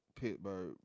Pittsburgh